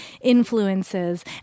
influences